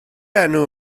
enw